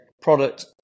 product